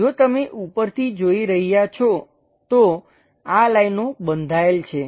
જો તમે ઉપરથી જોઈ રહ્યા છો તો આ લાઈનો બંધાયેલ છે